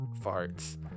farts